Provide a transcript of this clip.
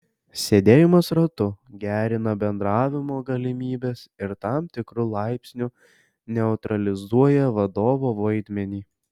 sėdėjimas ratu gerina bendravimo galimybes ir tam tikru laipsniu neutralizuoja vadovo vaidmenį